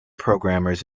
programmers